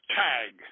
tag